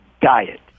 diet